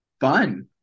fun